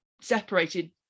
separated